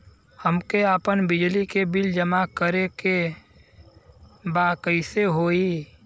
हमके आपन बिजली के बिल जमा करे के बा कैसे होई?